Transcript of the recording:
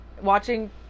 watching